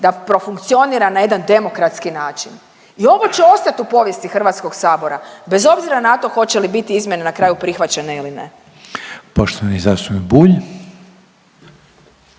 da profunkcionira na jedan demokratski način i ovo će ostati u povijesti HS-a, bez obzira na to hoće li biti izmjene na kraju prihvaćene ili ne. **Reiner, Željko